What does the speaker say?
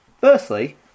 Firstly